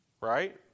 right